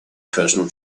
personal